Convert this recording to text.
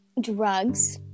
drugs